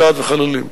סעד וחללים.